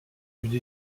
une